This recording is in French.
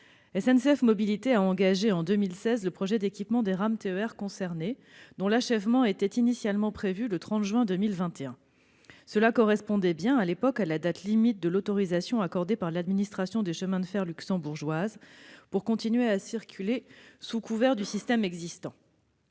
SNCF Mobilités a engagé en 2016 le projet d'équipement des rames TER concernées, dont l'achèvement était initialement prévu le 30 juin 2021. Cela correspondait alors à la date limite de l'autorisation accordée par l'administration des chemins de fer luxembourgeoise pour continuer à circuler sous couvert du système existant.